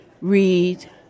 read